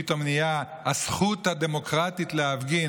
פתאום נהייתה הזכות הדמוקרטית להפגין.